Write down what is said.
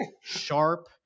Sharp